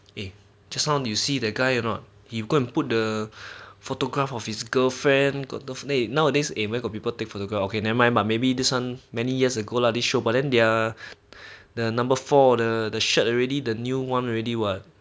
eh just now you see the guy or not you go and put the photograph of his girlfriend got girlfriend nowadays eh where got people take photograph okay never mind but maybe this one many years ago lah this show but then they're the number four the shirt already the new one already what